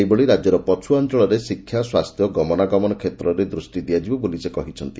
ସେହିଭଳି ରାକ୍ୟର ପଛୁଆ ଅଞ୍ଞଳରେ ଶିକ୍ଷା ସ୍ୱାସ୍ଥ୍ୟ ଓ ଗମନାଗମନ କ୍ଷେତ୍ରରେ ଦୃଷ୍କି ଦିଆଯିବ ବୋଲି ସେ କହିଛନ୍ତି